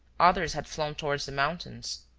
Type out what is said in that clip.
others had flown towards the mountains,